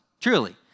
truly